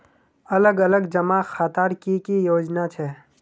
अलग अलग जमा खातार की की योजना छे?